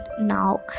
now